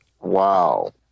Wow